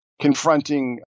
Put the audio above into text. confronting